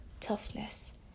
toughness